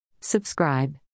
Subscribe